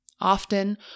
Often